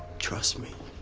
trust me.